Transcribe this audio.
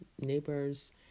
neighbors